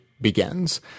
begins